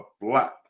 black